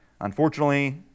unfortunately